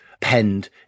penned